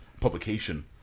publication